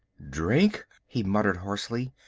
drink, he muttered hoarsely,